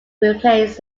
replace